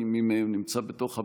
אם מי מהם נמצא בתוך המליאה,